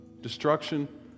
Destruction